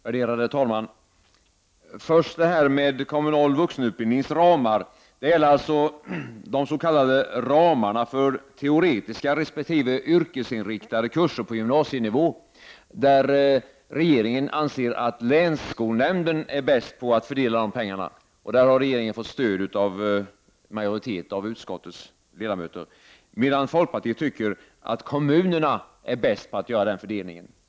Värderade talman! Först till den kommunala vuxenutbildningens ramar. Det gäller alltså de s.k. ramarna för teoretiska resp. yrkesinriktade kurser på gymnasienivå. Regeringen anser att länsskolnämnden är bäst på att fördela de pengarna, och där har regeringen fått stöd av en majoritet av utskottets ledamöter, medan folkpartiet tycker att kommunerna är bäst på att göra den fördelningen.